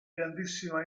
grandissima